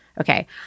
Okay